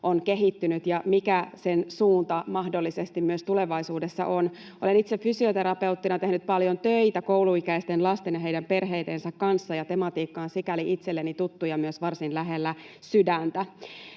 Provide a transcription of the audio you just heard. on kehittynyt ja mikä sen suunta mahdollisesti myös tulevaisuudessa on. Olen itse fysioterapeuttina tehnyt paljon töitä kouluikäisten lasten ja heidän perheidensä kanssa, ja tematiikka on sikäli itselleni tuttu ja myös varsin lähellä sydäntä.